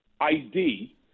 ID